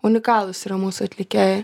unikalūs yra mūsų atlikėjai